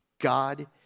God